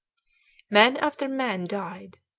man after man died,